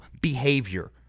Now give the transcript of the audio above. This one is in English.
behavior